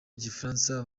igifaransa